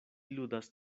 ludas